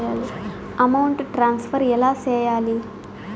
amount transfer ఎలా సేయాలి